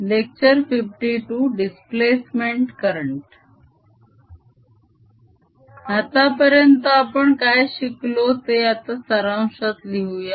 displacement current आतापर्यंत आपण काय शिकलो ते आता सारांशात लिहूया